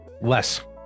Less